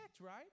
right